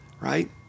right